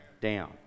down